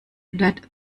that